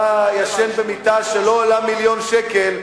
אתה ישן במיטה שלא עולה מיליון שקל,